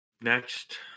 next